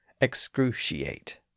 excruciate